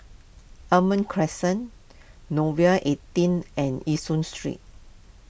Almond Crescent Nouvel eighteen and Yishun Street